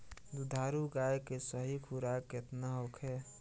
दुधारू गाय के सही खुराक केतना होखे?